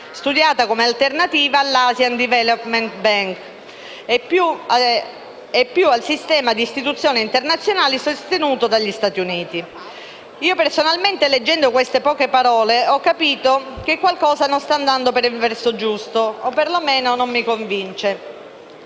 studiata come alternativa alla Asian development bank e più al sistema di istituzioni internazionali sostenuto dagli Stati Uniti». Personalmente, leggendo queste poche parole, ho capito che qualcosa non sta andando per il verso giusto, o perlomeno non mi convince.